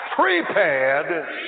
prepared